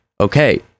okay